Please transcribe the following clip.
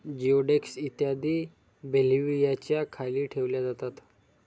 जिओडेक्स इत्यादी बेल्व्हियाच्या खाली ठेवल्या जातात